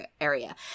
area